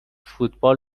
فوتبال